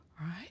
right